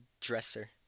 dresser